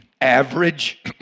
average